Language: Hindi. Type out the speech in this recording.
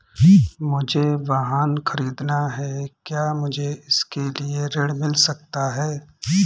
मुझे वाहन ख़रीदना है क्या मुझे इसके लिए ऋण मिल सकता है?